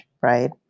right